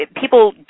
people